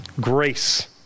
grace